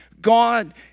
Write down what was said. God